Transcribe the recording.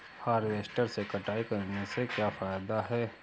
Harvester से कटाई करने से क्या फायदा है?